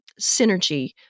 synergy